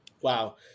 Wow